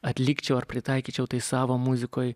atlikčiau ar pritaikyčiau tai savo muzikoj